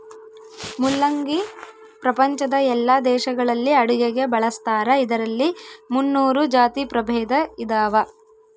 ಮುಲ್ಲಂಗಿ ಪ್ರಪಂಚದ ಎಲ್ಲಾ ದೇಶಗಳಲ್ಲಿ ಅಡುಗೆಗೆ ಬಳಸ್ತಾರ ಇದರಲ್ಲಿ ಮುನ್ನೂರು ಜಾತಿ ಪ್ರಭೇದ ಇದಾವ